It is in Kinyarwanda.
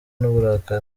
n’uburakari